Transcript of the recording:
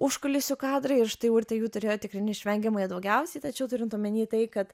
užkulisių kadrai ir štai urtė jų turėjo tikrai neišvengiamai daugiausiai tačiau turint omeny tai kad